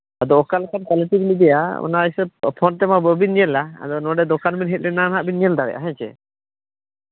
ᱟᱫᱚ ᱚᱠᱟ ᱞᱮᱠᱟᱱ ᱠᱚᱣᱟᱞᱤᱴᱤ ᱵᱤᱱ ᱤᱫᱤᱭᱟ ᱚᱱᱟ ᱦᱤᱥᱟᱹᱵᱽ ᱯᱷᱳᱱ ᱛᱮᱢᱟ ᱵᱟᱹᱵᱤᱱ ᱧᱮᱞᱟ ᱟᱫᱚ ᱱᱚᱰᱮ ᱫᱚᱠᱟᱱ ᱵᱮᱱ ᱦᱮᱡ ᱞᱮᱱᱟ ᱦᱟᱸᱜ ᱵᱤᱱ ᱧᱮᱞ ᱫᱟᱲᱮᱭᱟᱜᱼᱟ ᱦᱮᱸ ᱪᱮ